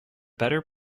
better